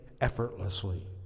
effortlessly